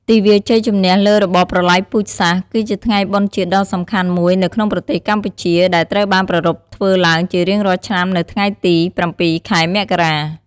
ទិវាជ័យជំនះលើរបបប្រល័យពូជសាសន៍ គឺជាថ្ងៃបុណ្យជាតិដ៏សំខាន់មួយនៅក្នុងប្រទេសកម្ពុជា ដែលត្រូវបានប្រារព្ធធ្វើឡើងជារៀងរាល់ឆ្នាំនៅថ្ងៃ ទី៧ ខែមករា។